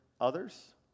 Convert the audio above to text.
others